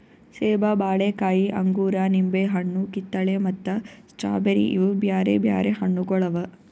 ಸೇಬ, ಬಾಳೆಕಾಯಿ, ಅಂಗೂರ, ನಿಂಬೆ ಹಣ್ಣು, ಕಿತ್ತಳೆ ಮತ್ತ ಸ್ಟ್ರಾಬೇರಿ ಇವು ಬ್ಯಾರೆ ಬ್ಯಾರೆ ಹಣ್ಣುಗೊಳ್ ಅವಾ